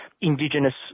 indigenous